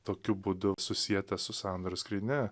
tokiu būdu susietas su sandoros skrynia